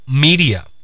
media